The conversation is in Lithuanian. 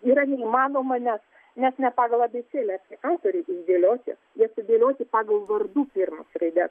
yra neįmanoma nes nes ne pagal abėcėlę autoriai išdėlioti jie sudėlioti pagal vardų pirmas raides